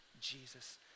Jesus